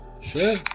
Sure